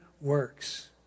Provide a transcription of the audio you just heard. works